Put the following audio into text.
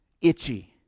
Itchy